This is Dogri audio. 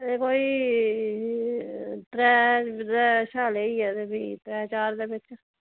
एह् कोई त्रै बजे शा लेइयै ते फ्ही त्रै चार बजे दे बिच्च